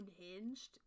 unhinged